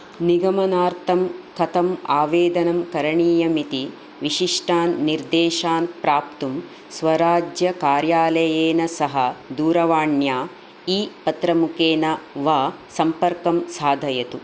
निगमनार्थं कथम् आवेदनं करणीयमिति विशिष्टान् निर्देशान् प्राप्तुं स्वराज्यकार्यालयेन सह दूरवाण्या ई पत्रमुखेन वा सम्पर्कं साधयतु